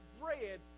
bread